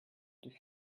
deux